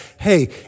Hey